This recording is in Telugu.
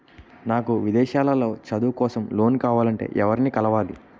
నాకు విదేశాలలో చదువు కోసం లోన్ కావాలంటే ఎవరిని కలవాలి?